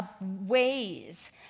ways